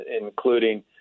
including